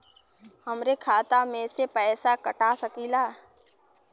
हमरे खाता में से पैसा कटा सकी ला?